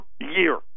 year